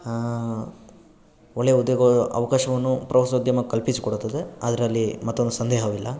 ಒಳ್ಳೆ ಉದ್ಯೋಗ ಅವಕಾಶವನ್ನು ಪ್ರವಾಸೋದ್ಯಮ ಕಲ್ಪಿಸಿಕೊಡುತ್ತದೆ ಅದರಲ್ಲಿ ಮತ್ತೊಂದು ಸಂದೇಹವಿಲ್ಲ